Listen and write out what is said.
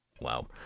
Wow